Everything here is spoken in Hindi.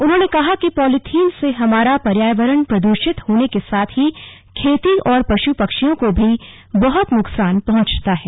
उन्होंने कहा कि पॉलीथीन से हमारा पर्यावरण प्रदूषित होने के साथ ही खेती और पशु पक्षियों को भी बहुत नुकसान पहुंचता है